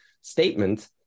statement